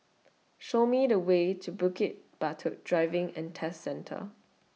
Show Me The Way to Bukit Batok Driving and Test Centre